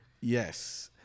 Yes